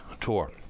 tour